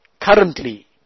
currently